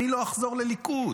"אני לא אחזור לליכוד".